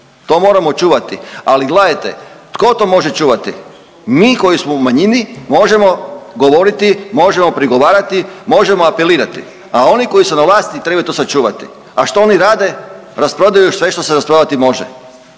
to moramo čuvati. Ali gledajte tko to može čuvati? Mi koji smo u manjini možemo govoriti, možemo prigovarati, možemo apelirati, a oni koji su na vlasti trebaju to sačuvati. A što oni rade? Rasprodaju sve što se rasprodati može.